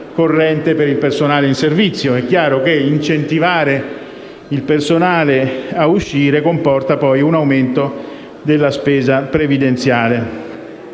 corrente per il personale in servizio. È chiaro che incentivare il personale ad uscire comporta poi un aumento della spesa previdenziale.